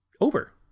over